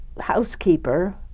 housekeeper